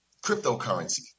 cryptocurrency